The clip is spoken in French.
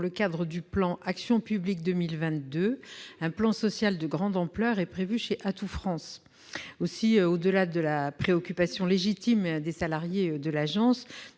le cadre du programme Action publique 2022, un plan social de grande ampleur est prévu chez Atout France. Au-delà de la préoccupation légitime des salariés de l'agence,